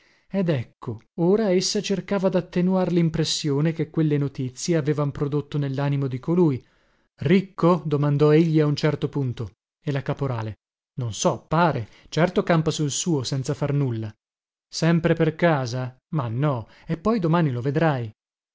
ed ecco ora essa cercava dattenuar limpressione che quelle notizie avevan prodotto nellanimo di colui ricco domandò egli a un certo punto e la caporale non so pare certo campa sul suo senza far nulla sempre per casa ma no e poi domani lo vedrai